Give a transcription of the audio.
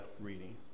reading